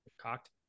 Cocked